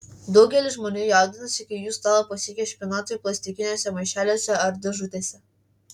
daugelis žmonių jaudinasi kai jų stalą pasiekia špinatai plastikiniuose maišeliuose ar dėžutėse